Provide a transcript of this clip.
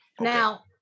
Now